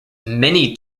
many